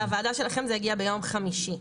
לוועדה שלכם זה הגיע ביום חמישי.